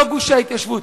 לא גושי ההתיישבות,